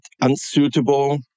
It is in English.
unsuitable